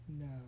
no